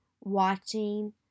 watching